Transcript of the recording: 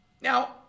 Now